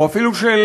או אפילו של